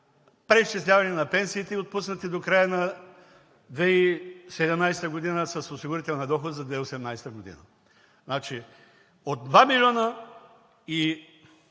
преизчисляване на пенсиите, отпуснати до края на 2017 г. с осигурителния доход за 2018 г. Значи, от 2 млн.